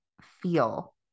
feel